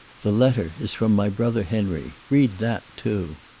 the letter is from my brother, henry. read that, too.